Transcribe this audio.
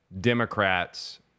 Democrats